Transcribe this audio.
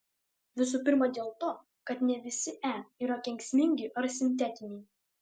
visų pirma dėl to kad ne visi e yra kenksmingi ar sintetiniai